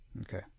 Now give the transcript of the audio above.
Okay